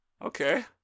Okay